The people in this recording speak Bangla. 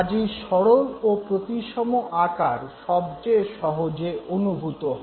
কাজেই সরল ও প্রতিসম আকার সবচেয়ে সহজে অনুভূত হয়